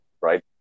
right